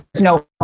no